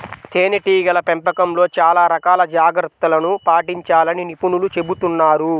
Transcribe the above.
తేనెటీగల పెంపకంలో చాలా రకాల జాగ్రత్తలను పాటించాలని నిపుణులు చెబుతున్నారు